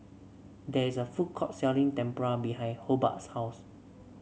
there is a food court selling Tempura behind Hobart's house